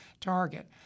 target